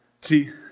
See